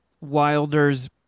Wilder's